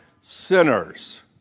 sinners